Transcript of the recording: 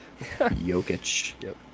Jokic